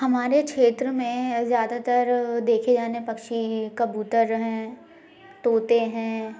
हमारे क्षेत्र में ज्यादातर देखे जाने पक्षी कबूतर हैं तोते हैं